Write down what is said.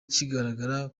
kigaragara